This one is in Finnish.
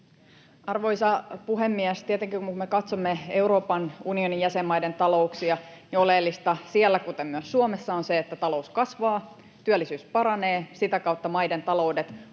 Arvoisa puhemies! Tietenkin, kun me katsomme Euroopan unionin jäsenmaiden talouksia, oleellista siellä kuten myös Suomessa on se, että talous kasvaa, työllisyys paranee. Sitä kautta maiden taloudet